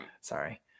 Sorry